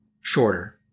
shorter